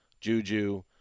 Juju